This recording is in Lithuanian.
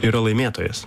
yra laimėtojas